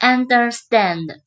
Understand